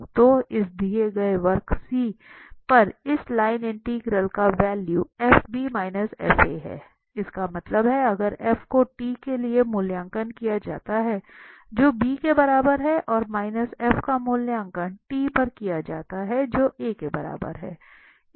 तो इस दिए गए वक्र C पर इस लाइन इंटीग्रल का वैल्यू f f है इसका मतलब है अगर f को t के लिए मूल्यांकन किया जाता है जो b के बराबर हैं और माइनस f का मूल्यांकन t पर किया जाता है जो a के बराबर है